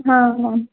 ಹಾಂ ಮ್ಯಾಮ್